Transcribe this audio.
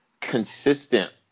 consistent